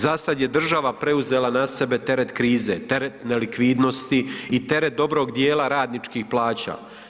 Za sad je država preuzela na sebe teret krize, teret nelikvidnosti i teret dobrog dijela radničkih plaća.